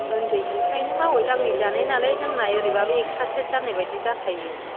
उन्दैनिफ्रायनो मावै दाङै जानायनालाय जोंना ओरैनोब्लाबो एक्सारसाइस जानायबायदि जाखायो